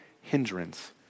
hindrance